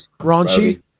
Raunchy